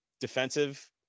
defensive –